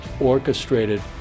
orchestrated